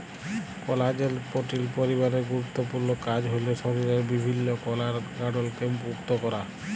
কলাজেল protein পরিবারের গুরুত্তপুর্ল কাজ হ্যল শরীরের বিভিল্ল্য কলার গঢ়লকে পুক্তা ক্যরা